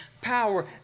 power